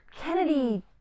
Kennedy